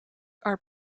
are